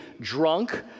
drunk